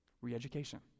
Re-education